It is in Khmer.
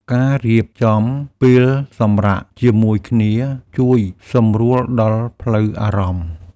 ការរៀបចំពេលសម្រាកជាមួយគ្នា ជួយសម្រួលដល់ផ្លូវអារម្មណ៍។